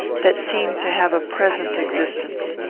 that seemed to have a present existence.